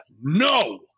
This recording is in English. no